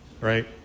right